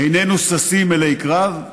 איננו ששים אלי קרב,